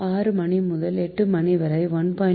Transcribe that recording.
6 மணி முதல் 8 மணி வரை 1